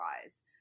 wise